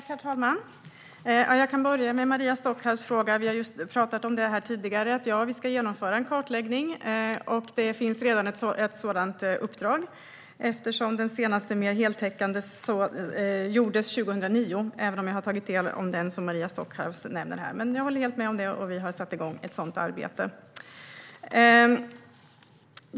Herr talman! Jag kan börja med Maria Stockhaus fråga. Vi har just talat om detta här tidigare, att vi ska genomföra en kartläggning, och det finns redan ett sådant uppdrag. Den senaste och mer heltäckande kartläggningen gjordes 2009, även om jag har tagit del av den som Maria Stockhaus nämner. Jag håller helt med om detta, och vi har satt igång ett sådant arbete.